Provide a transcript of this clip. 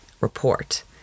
report